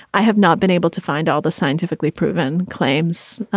i have not been able to find all the scientifically proven claims.